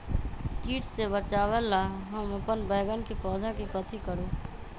किट से बचावला हम अपन बैंगन के पौधा के कथी करू?